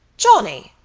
johnny!